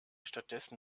stattdessen